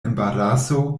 embaraso